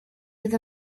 with